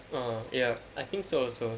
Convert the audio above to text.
uh ya ya I think so also